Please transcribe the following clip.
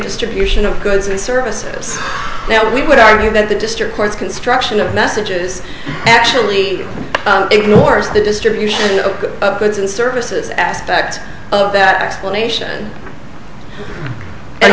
distribution of goods and services now we would argue that the district court's construction of messages actually ignores the distribution of goods and services aspects of that explanation and